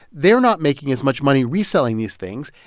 they're not making as much money reselling these things.